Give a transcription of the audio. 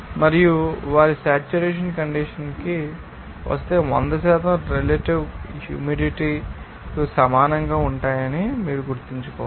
మరియు వారు saturation condition కి వస్తే అవి 100 శాతం రెలెటివ్ హ్యూమిడిటీ కు సమానంగా ఉంటాయని మీరు గుర్తుంచుకోవాలి